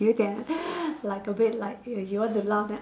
有点 like a bit like you you want to laugh then